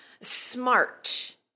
smart